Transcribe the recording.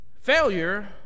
Failure